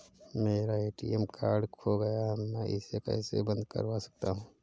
मेरा ATM card खो गया है मैं इसे कैसे बंद करवा सकता हूँ?